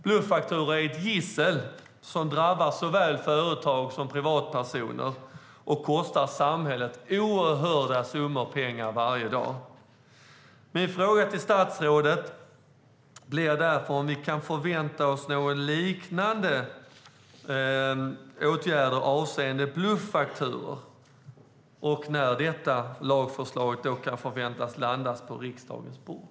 Bluffakturor är ett gissel för såväl företag som privatpersoner och kostar samhället oerhörda summor pengar varje dag. Kan vi förvänta oss en liknande åtgärd avseende bluffakturor? När kan i så fall ett sådant lagförslag väntas landa på riksdagens bord?